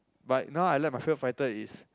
but now I like my favourite fighter is